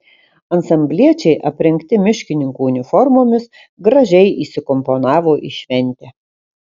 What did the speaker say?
ansambliečiai aprengti miškininkų uniformomis gražiai įsikomponavo į šventę